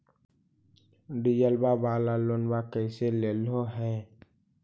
डीजलवा वाला लोनवा कैसे लेलहो हे?